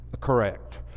correct